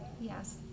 Yes